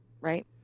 right